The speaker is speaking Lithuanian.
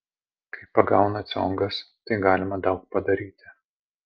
kai pagauna ciongas tai galima daug padaryti